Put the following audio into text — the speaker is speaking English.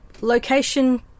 location